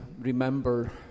remember